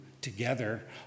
together